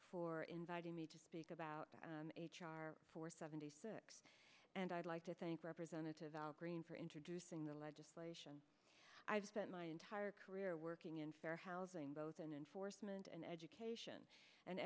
for inviting me to speak about h r for seventy six and i'd like to thank representative al green for introducing the legislation i've spent my entire career working in fair housing both in enforcement and education and